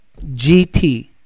GT